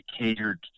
catered